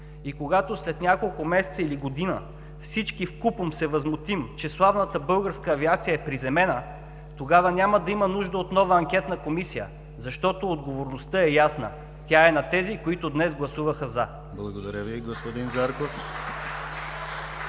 Когато след няколко месеца или година всички вкупом се възмутим, че славната българска авиация е приземена, тогава няма да има нужда от нова анкетна комисия, защото отговорността е ясна – тя е на тези, които днес гласуваха „за“. (Ръкопляскания от